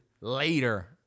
later